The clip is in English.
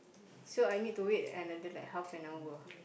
so I need to wait another like half an hour